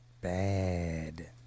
bad